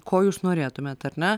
ko jūs norėtumėt ar ne